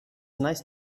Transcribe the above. nice